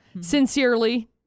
Sincerely